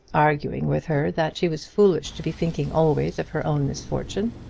arguing with her that she was foolish to be thinking always of her own misfortune.